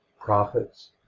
prophets